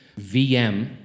VM